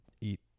eat